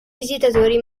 visitatori